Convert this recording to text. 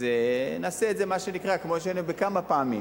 נעשה את זה, מה שנקרא, בכמה פעמים.